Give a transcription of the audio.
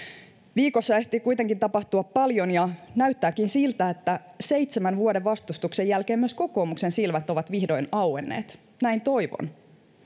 viikossa ehtii kuitenkin tapahtua paljon ja näyttääkin siltä että seitsemän vuoden vastustuksen jälkeen myös kokoomuksen silmät ovat vihdoin auenneet näin toivon